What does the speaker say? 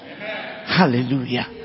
Hallelujah